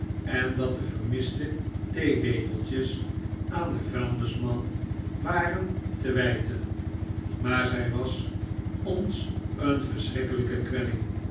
en dat de vermiste theelepeltjes aan den vuilnisman waren te wijten maar zij was ons een verschrikkelijke